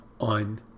on